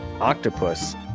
octopus